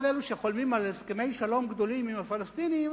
כל אלה שחולמים על הסכמי שלום גדולים עם הפלסטינים,